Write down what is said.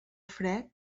fred